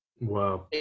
Wow